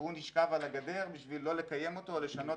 והוא נשכב על הגדר בשביל לא לקיים אותו או לשנות